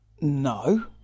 no